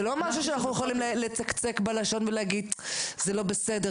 זה לא משהו שאנחנו יכולים לצקצק בלשון ולהגיד "זה לא בסדר",